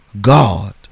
God